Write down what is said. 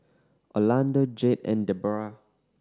Orlando Jade and Deborah